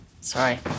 Sorry